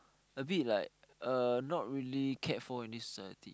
a bit like uh not really cared for in this society